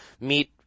meet